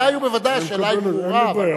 בוודאי ובוודאי, השאלה ברורה.